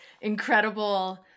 incredible